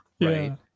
right